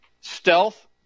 stealth